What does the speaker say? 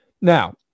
Now